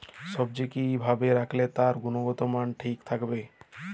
সবজি কি ভাবে রাখলে তার গুনগতমান ঠিক থাকবে?